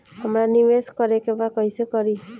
हमरा निवेश करे के बा कईसे करी?